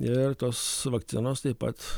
ir tos vakcinos taip pat